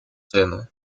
цену